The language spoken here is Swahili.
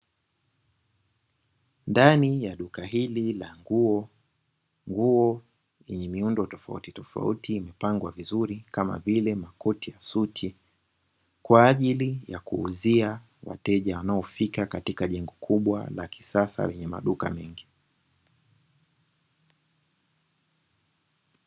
Ndani ya duka hili la nguo kuna nguo zenye miundo tofautitofauti zimepangwa vizuri, kama vile makoti ya suti kwa ajili ya kuuzia wateja wanaofika katika jengo kubwa la kisasa lenye maduka mengi.